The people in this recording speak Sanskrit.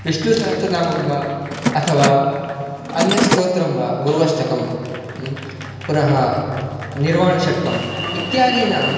विष्णुसहस्रनामं वा अथवा अन्यस्तोत्रं वा गुर्वष्टकं पुनः निर्वाणषट्कम् इत्यादीनां